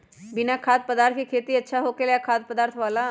बिना खाद्य पदार्थ के खेती अच्छा होखेला या खाद्य पदार्थ वाला?